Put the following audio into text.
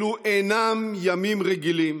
אלו אינם ימים רגילים,